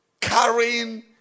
Carrying